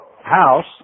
house